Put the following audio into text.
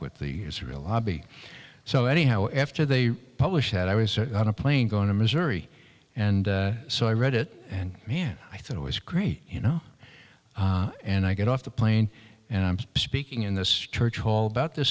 with the israel lobby so anyhow after they published that i was on a plane going to missouri and so i read it and man i thought it was great you know and i get off the plane and i'm speaking in this church hall about th